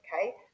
okay